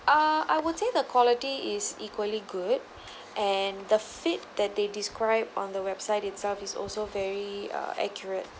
ah I would say the quality is equally good and the fit that they describe on the website it self is also very uh accurate